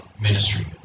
ministry